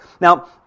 Now